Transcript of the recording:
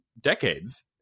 decades